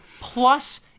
Plus